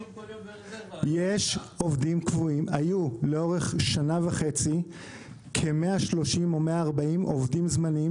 היו לאורך שנה וחצי כ-130 או 140 עובדים זמניים